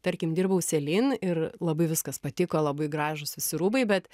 tarkim dirbau celine ir labai viskas patiko labai gražūs visi rūbai bet